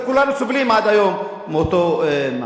וכולנו סובלים עד היום מאותו מעשה.